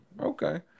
okay